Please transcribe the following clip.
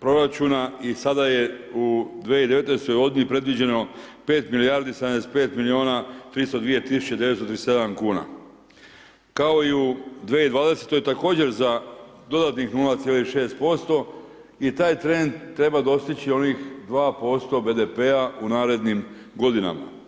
proračuna i sada je u 2019. godini predviđeno 5 milijardi 75 miliona 302 tisuće 937 kuna, ako i u 2020. također za dodatnih 0,6% i taj trend treba dostići onih 2% BDP-a u narednim godinama.